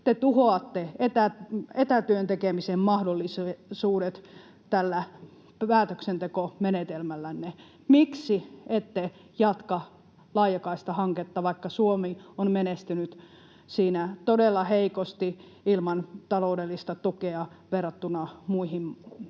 Te tuhoatte etätyön tekemisen mahdollisuudet tällä päätöksentekomenetelmällänne. Miksi ette jatka laajakaistahanketta, vaikka Suomi on menestynyt siinä todella heikosti ilman taloudellista tukea verrattuna muihin Euroopan maihin?